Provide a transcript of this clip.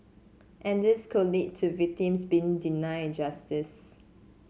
and this could lead to victims being denied justice